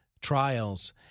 trials